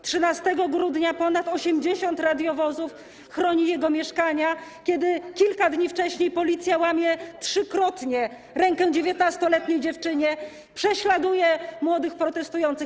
13 grudnia ponad 80 radiowozów chroni jego mieszkania, kiedy kilka dni wcześniej policja łamie trzykrotnie rękę 19-letniej dziewczynie, prześladuje młodych protestujących.